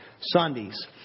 Sundays